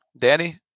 Danny